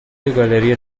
گالری